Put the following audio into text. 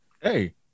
Hey